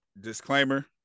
disclaimer